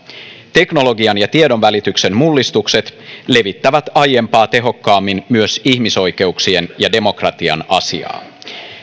teknologian ja tiedonvälityksen mullistukset levittävät aiempaa tehokkaammin myös ihmisoikeuksien ja demokratian asiaa